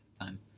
time